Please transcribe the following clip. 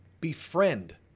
befriend